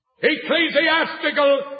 Ecclesiastical